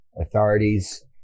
authorities